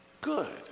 good